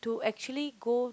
to actually go